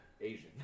Asian